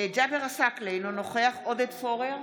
ג'אבר עסאקלה, אינו נוכח עודד פורר,